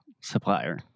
supplier